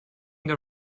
the